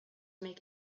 make